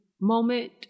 moment